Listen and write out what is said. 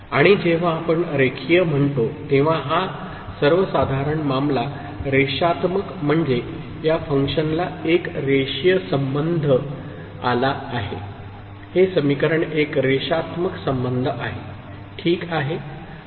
आणि जेव्हा आपण रेखीय म्हणतो तेव्हा हा सर्वसाधारण मामला रेषात्मक म्हणजे या फंक्शनला एक रेषीय संबंध आला आहे हे समीकरण एक रेषात्मक संबंध आहे ठीक आहे